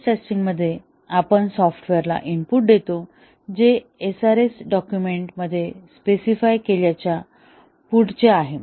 stress testing मध्ये आपण सॉफ्टवेअरला इनपुट देतो जे SRS डॉक्युमेंट मध्ये स्पेसिफाय केल्याच्या पुढे आहे